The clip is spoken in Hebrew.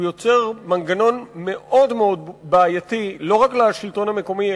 הוא יוצר מנגנון מאוד בעייתי לא רק לשלטון המקומי,